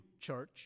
church